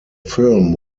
film